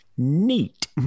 neat